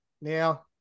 now